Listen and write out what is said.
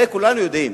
הרי כולנו יודעים